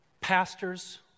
pastors